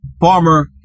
farmer